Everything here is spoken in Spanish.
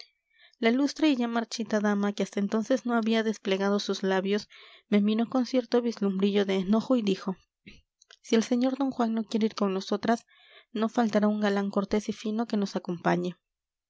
la ilustre y ya marchita dama que hasta entonces no había desplegado sus labios me miró con cierto vislumbrillo de enojo y dijo si el sr d juan no quiere ir con nosotras no faltará un galán cortés y fino que nos acompañe